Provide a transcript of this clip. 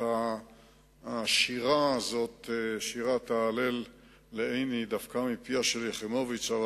שירת ההלל לעיני דווקא מפיה של יחימוביץ,